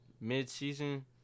mid-season